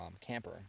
Camper